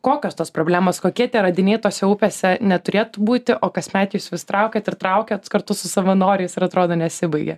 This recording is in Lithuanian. kokios tos problemos kokie tie radiniai tose upėse neturėtų būti o kasmet jūs vis traukiat ir traukiat kartu su savanoriais ir atrodo nesibaigia